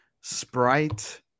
sprite